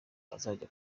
azajya